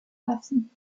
lassen